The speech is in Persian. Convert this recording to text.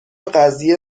قضیه